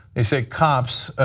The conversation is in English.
they said cops,